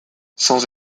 sans